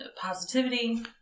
Positivity